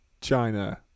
China